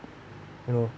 kind of